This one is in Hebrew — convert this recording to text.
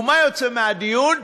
ומה יוצא מהדיון?